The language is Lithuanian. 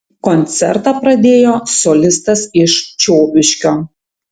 koncertą pradėjo solistas iš čiobiškio